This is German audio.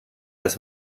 das